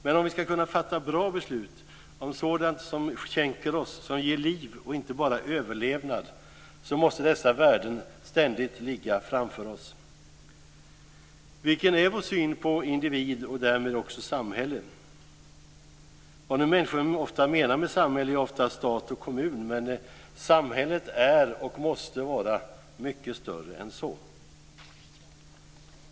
Men om vi ska kunna fatta bra beslut om sådant som skänker liv och inte bara överlevnad måste dessa värden ständigt ligga framför oss. Vilken är vår syn på individ och därmed också samhälle? Vad vi människor menar med samhälle är ofta stat och kommun, men samhället är och måste vara mycket större än så.